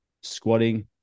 squatting